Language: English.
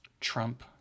Trump